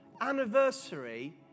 anniversary